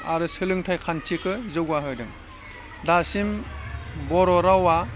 आरो सोलोंथाइ खान्थिखौ जौगा होदों दासिम बर' रावा